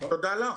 תודה לך.